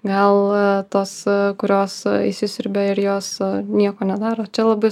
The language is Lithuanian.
gal tos kurios įsisiurbia ir jos nieko nedaro čia labai